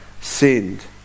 sinned